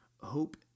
hope